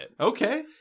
Okay